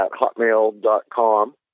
hotmail.com